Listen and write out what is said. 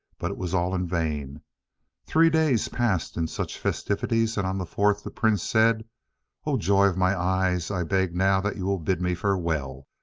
but it was all in vain three days passed in such festivities, and on the fourth the prince said o joy of my eyes! i beg now that you will bid me farewell,